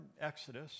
Exodus